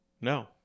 no